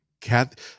cat